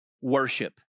worship